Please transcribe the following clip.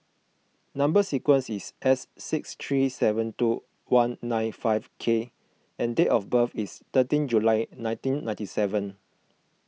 Number Sequence is S six three seven two one nine five K and date of birth is thirteen July nineteen ninety seven